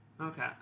Okay